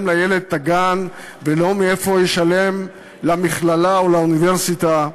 לילד עבור הגן ולא מאיפה לשלם למכללה או לאוניברסיטה.